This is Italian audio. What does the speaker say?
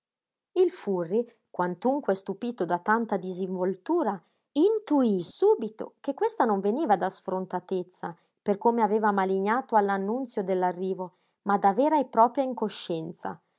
il furri quantunque stupito da tanta disinvoltura inutí subito che questa non veniva da sfrontatezza per come aveva malignato all'annunzio dell'arrivo ma da vera e propria incoscienza